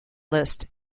list